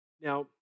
Now